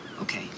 Okay